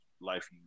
life